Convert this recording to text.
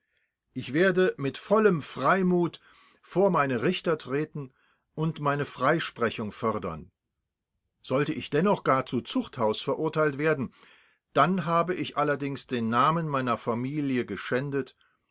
ich werde mit vollem freimut vor meine richter treten und meine freisprechung fordern sollte ich dennoch gar zu zuchthaus verurteilt werden dann habe ich allerdings den namen meiner familie geschändet